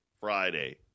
Friday